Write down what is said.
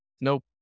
Nope